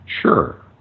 Sure